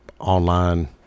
online